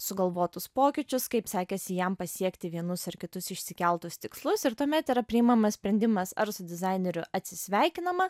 sugalvotus pokyčius kaip sekėsi jam pasiekti vienus ar kitus išsikeltus tikslus ir tuomet yra priimamas sprendimas ar su dizaineriu atsisveikinama